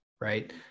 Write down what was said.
right